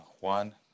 Juan